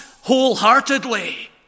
wholeheartedly